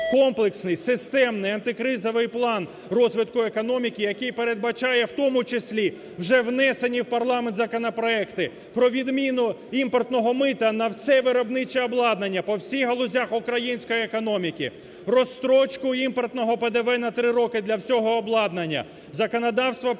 комплексний системний антикризовий план розвитку економіки, який передбачає в тому числі вже внесені в парламент законопроекти про відміну імпортного мита на все виробниче обладнання по всіх галузях української економіки, розстрочку імпортного ПДВ на три роки для всього обладнання, законодавство про